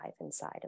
inside